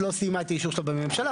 לא סיימה את האישור שלה בממשלה,